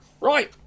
Right